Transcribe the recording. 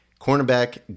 cornerback